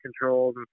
controls